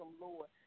Lord